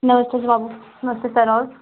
नमस्ते बाबू नमस्ते सर और